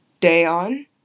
Dayon